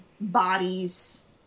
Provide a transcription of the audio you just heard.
bodies